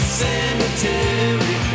cemetery